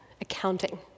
accounting